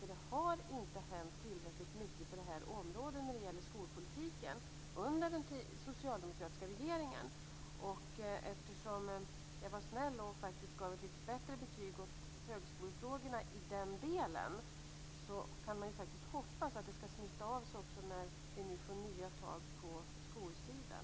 Det har inte hänt tillräckligt mycket under den socialdemokratiska regeringen på det här området när det gäller skolpolitiken. Jag var snäll och gav faktiskt ett lite bättre betyg åt högskolefrågorna i den delen. Då kan man faktiskt hoppas att det ska smitta av sig när vi nu får nya tag på skolsidan.